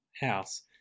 house